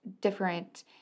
different